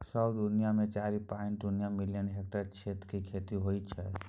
सौंसे दुनियाँ मे चारि पांइट दु मिलियन हेक्टेयर क्षेत्र मे खेती होइ छै